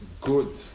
good